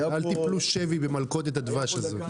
אל תפלו שבי במתכונת הדבש הזו.